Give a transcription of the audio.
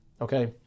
okay